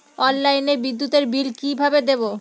অনলাইনে বিদ্যুতের বিল কিভাবে দেব?